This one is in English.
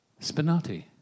Spinati